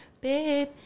babe